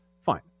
Fine